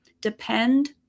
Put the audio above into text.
depend